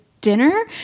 dinner